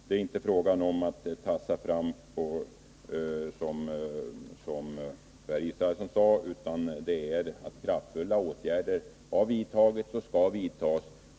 Det är inte fråga om att ”tassa fram”, som Per Israelsson sade, utan kraftfulla åtgärder har vidtagits och skall vidtas.